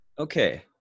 Okay